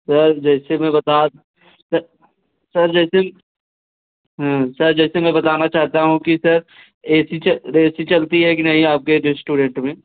sir जैसे में बता दें सर सर जैसे कि सर जैसे कि मैं बताना चाहता हूँ कि sir A C A C चलती है कि नहीं आपकी रेस्टोरेंट में